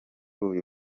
uyu